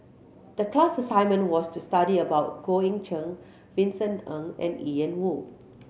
the class assignment was to study about Goh Eck Kheng Vincent Ng and Ian Woo